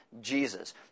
Jesus